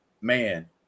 man